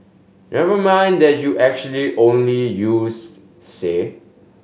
never mind that you actually only used say